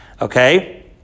Okay